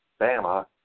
Bama